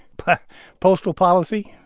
but postal policy,